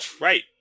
right